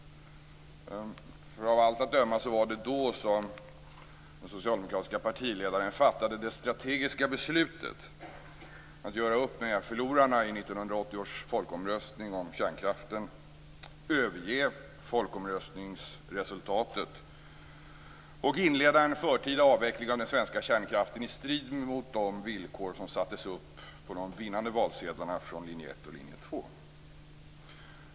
Av allt att döma var det då som den socialdemokratiske partiledaren fattade det strategiska beslutet att göra upp med förlorarna i 1980 års folkomröstning om kärnkraften, överge folkomröstningsresultatet och inleda en förtida avveckling av den svenska kärnkraften i strid mot de villkor som sattes upp på de vinnande valsedlarna från linje 1 och linje 2.